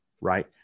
right